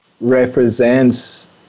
represents